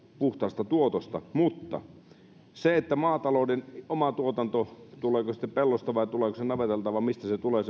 puhtaasta tuotosta mutta tuleeko maatalouden oma tuotanto pellosta vai tuleeko se navetalta vai mistä tulee